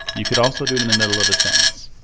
you could also do it in the middle of a sentence.